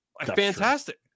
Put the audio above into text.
Fantastic